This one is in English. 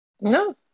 No